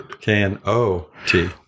k-n-o-t